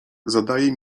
zadaje